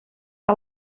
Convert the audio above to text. que